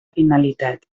finalitat